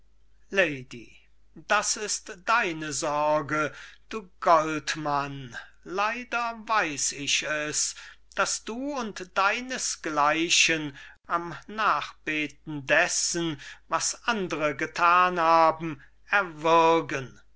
das ist deine sorge du goldmann leider weiß ich es daß du und deines gleichen am nachbeten dessen was andre gethan haben erwürgen